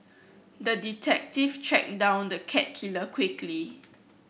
the detective tracked down the cat killer quickly